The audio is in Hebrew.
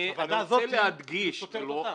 הוועדה הזו כאילו סותרת אותה.